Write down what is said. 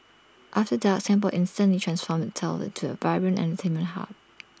after dark Singapore instantly transforms itself into A vibrant entertainment hub